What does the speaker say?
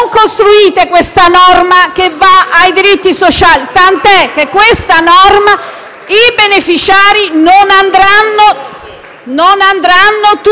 non costruite una norma che va ai diritti sociali, tant'è che i suoi beneficiari non vi andranno tutti.